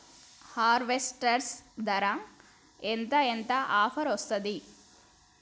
Harvester ధర ఎంత ఎంత ఆఫర్ వస్తుంది?